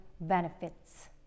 benefits